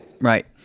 right